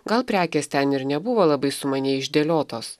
gal prekės ten ir nebuvo labai sumaniai išdėliotos